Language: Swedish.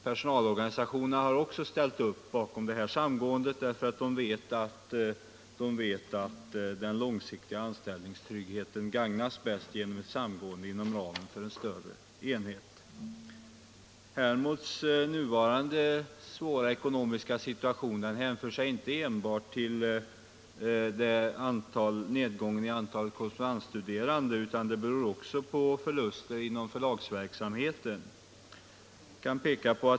Personalorganisationerna har ställt upp bakom detta samgående, därför att de vet att den långsiktiga anställningstryggheten bäst gagnas av ett samgående och en fortsatt verksamhet inom ramen för en större enhet. Hermods nuvarande svåra ekonomiska situation hänför sig inte enbart till nedgången i antalet korrespondensstuderande utan beror också på förluster inom förlagsverksamheten.